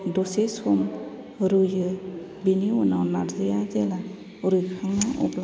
दसे सम रुयो बेनि उनाव नार्जिया जेला रुइखाङो अब्ला आं